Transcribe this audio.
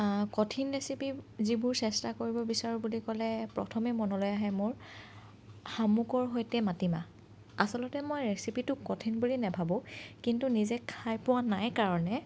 কঠিন ৰেচিপি যিবোৰ চেষ্টা কৰিব বিচাৰোঁ বুলি ক'লে প্ৰথমে মনলৈ আহে মোৰ শামুকৰ সৈতে মাটিমাহ আচলতে মই ৰেচিপিটো কঠিন বুলি নাভাবোঁ কিন্তু নিজে খাই পোৱা নাই কাৰণে